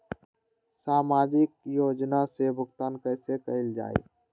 सामाजिक योजना से भुगतान कैसे कयल जाई?